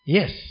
Yes